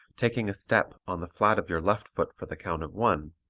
taking a step on the flat of your left foot for the count of one,